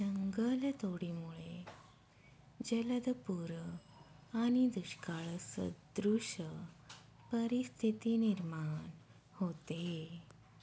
जंगलतोडीमुळे जलद पूर आणि दुष्काळसदृश परिस्थिती निर्माण होते